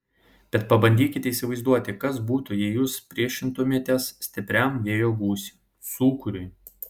bet pabandykite įsivaizduoti kas būtų jei jūs priešintumėtės stipriam vėjo gūsiui sūkuriui